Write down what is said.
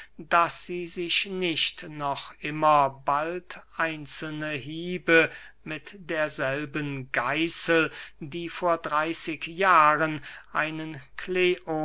daß sie sich nicht noch immer bald einzelne hiebe mit derselben geißel die vor dreyßig jahren einen